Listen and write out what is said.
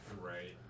Right